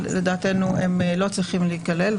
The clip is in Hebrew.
שלדעתנו הם לא צריכים להיכלל,